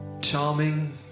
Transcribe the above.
charming